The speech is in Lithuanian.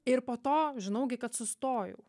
ir po to žinau gi kad sustojau